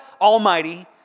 Almighty